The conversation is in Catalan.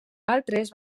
altres